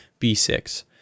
B6